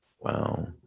Wow